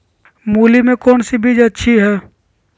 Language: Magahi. मूली में कौन सी बीज अच्छी है?